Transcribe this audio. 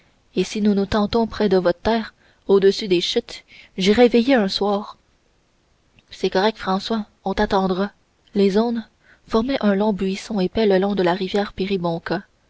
et si nous nous tentons près de votre terre au-dessus des chutes j'irai veiller un soir c'est correct françois on t'attendra les aunes formaient un long buisson épais le long de la rivière péribonka